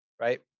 Right